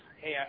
hey